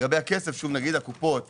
לגבי הכסף, הקופות